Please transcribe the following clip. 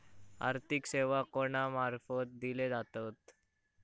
आर्थिक सेवा कोणा मार्फत दिले जातत?